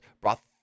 brought